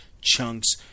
chunks